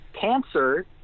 cancer